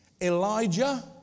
Elijah